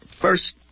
first